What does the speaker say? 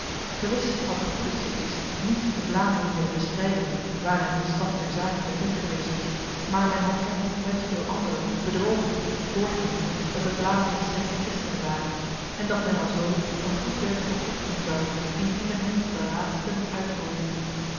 gewis had de goede sigis niet de vlamingen willen bestrijden ware hem de stand der zaken bekend geweest maar men had hem met veel anderen bedrogen voorgevende dat de vlamingen slechte christenen waren en dat men alzo een goed werk voor god doen zou indien men hen tot de laatsten